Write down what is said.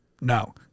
No